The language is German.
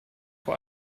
vor